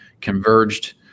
converged